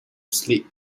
sleep